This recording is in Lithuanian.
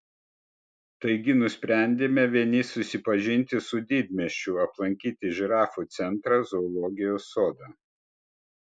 taigi nusprendėme vieni susipažinti su didmiesčiu aplankyti žirafų centrą zoologijos sodą